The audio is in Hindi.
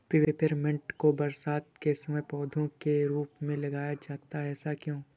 पेपरमिंट को बरसात के समय पौधे के रूप में लगाया जाता है ऐसा क्यो?